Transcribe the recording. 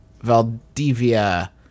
valdivia